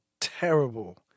terrible